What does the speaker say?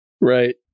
Right